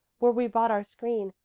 where we bought our screen,